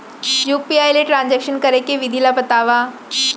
UPI ले transaction करे के विधि ला बतावव?